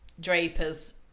drapers